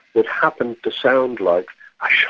that happened to sound like i